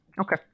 okay